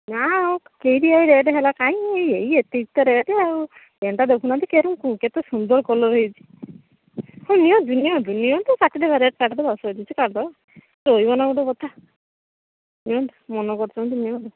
ନା ଆଉ କେଇଟି ଏ ରେଟ୍ ହେଲା କାଇଁ ଏଇ ଏତିକି ତ ରେଟ୍ ଆଉ ପ୍ୟାଣ୍ଟ୍ଟା ଦେଖୁନାହାନ୍ତି କେରକ କେତେ ସୁନ୍ଦର କଲର ହେଇଛି ହଁ ନିଅନ୍ତୁ ନିଅନ୍ତୁ ନିଅନ୍ତୁ କାଟିଦେବା ରେଟ୍ କାଟିଦେବ ଶହେ ଦୁଇଶହ କାଟିଦେବ ରହିବନା ଗୋଟେ କଥା ନିଅନ୍ତୁ ମନ କରିଛନ୍ତି ନିଅନ୍ତୁ